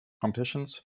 competitions